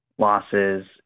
Losses